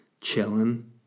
chilling